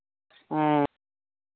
हँ